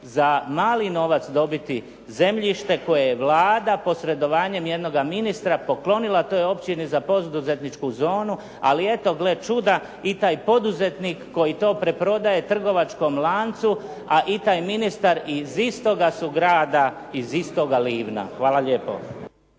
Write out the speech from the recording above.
za mali novac dobiti zemljište koje je Vlada posredovanjem jednoga ministra poklonila toj općini za poduzetničku zonu, ali eto gle čuda, i taj poduzetnik koji to preprodaje trgovačkom lancu, a i taj ministar iz istoga su grada, iz istoga Livna. Hvala lijepo.